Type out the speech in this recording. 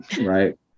right